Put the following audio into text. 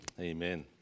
Amen